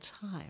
time